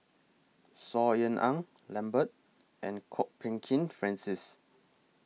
Saw Ean Ang Lambert and Kwok Peng Kin Francis